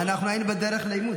אנחנו היינו בדרך לעימות.